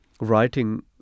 writing